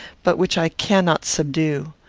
but which i cannot subdue.